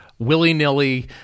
willy-nilly